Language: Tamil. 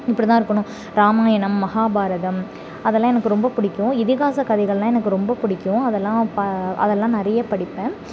இப்படிதான் இருக்கணும் ராமாயணம் மகாபாரதம் அதெல்லாம் எனக்கு ரொம்ப பிடிக்கும் இதிகாச கதைகள்லாம் எனக்கு ரொம்ப பிடிக்கும் அதெல்லாம் பா அதெல்லாம் நிறைய படிப்பேன்